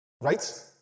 right